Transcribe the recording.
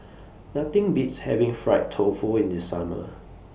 Nothing Beats having Fried Tofu in The Summer